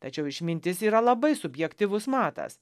tačiau išmintis yra labai subjektyvus matas